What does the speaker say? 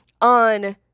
on